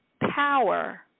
power